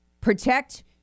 protect